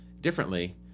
differently